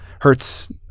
hurts